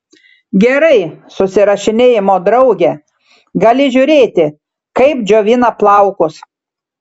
gerai susirašinėjimo drauge gali žiūrėti kaip džiovina plaukus